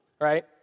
right